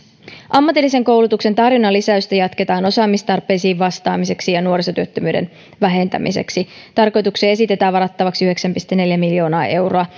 ammatillisen koulutuksen tarjonnan lisäystä jatketaan osaamistarpeisiin vastaamiseksi ja nuorisotyöttömyyden vähentämiseksi tarkoitukseen esitetään varattavaksi yhdeksän pilkku neljä miljoonaa euroa